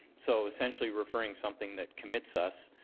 so essentially referring something that commits us